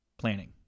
planning